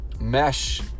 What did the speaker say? mesh